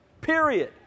Period